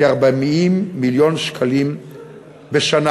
כ-40 מיליון שקלים בשנה.